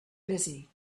busy